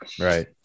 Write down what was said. right